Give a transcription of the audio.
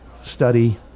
study